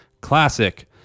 classic